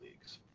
leagues